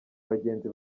bagenzi